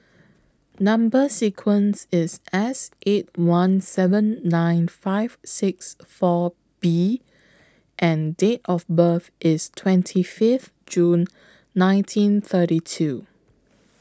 Number sequence IS S eight one seven nine five six four B and Date of birth IS twenty Fifth June nineteen thirty two